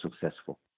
successful